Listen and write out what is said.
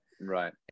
Right